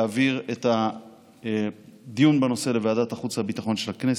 להעביר את הדיון בנושא לוועדת החוץ והביטחון של הכנסת.